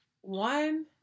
one